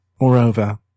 Moreover